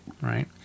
Right